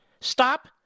Stop